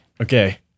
Okay